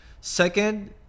Second